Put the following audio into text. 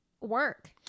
work